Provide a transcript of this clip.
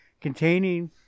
containing